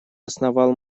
основал